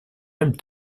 même